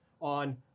on